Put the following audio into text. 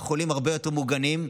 החולים הרבה יותר מוגנים,